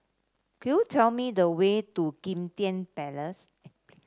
could you tell me the way to Kim Tian Place